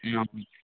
ம்